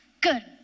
Good